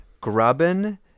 Grubbin